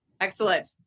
Excellent